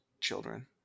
children